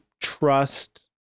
trust